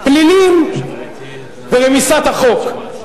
פלילים ורמיסת החוק.